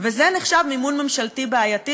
וזה נחשב מימון ממשלתי בעייתי,